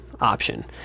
option